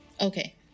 okay